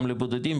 גם לבודדים,